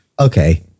okay